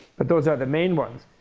but those are the main ones.